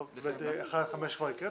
ביקש מוסד תכנון לקיים ישיבה כאמור בסעיף 5(א)